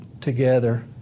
together